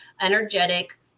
energetic